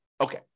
Okay